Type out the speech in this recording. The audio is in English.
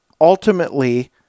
ultimately